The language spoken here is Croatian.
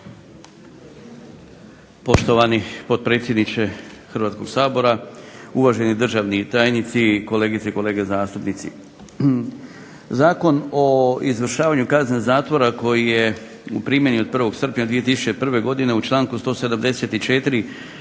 Poštovani potpredsjedniče Hrvatskog sabora, uvaženi državni tajnici, kolegice i kolege zastupnici. Zakon o izvršavanju kazne zatvora koji je u primjeni od 1. srpnja 2001. godine u članku 174.